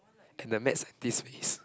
and the Maths and this face